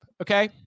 okay